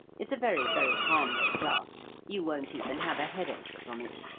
it's a very, very harmless draught you won't even have a headache from it.